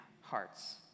hearts